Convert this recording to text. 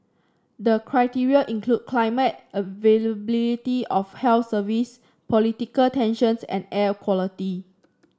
the criteria include climate availability of health service political tensions and air quality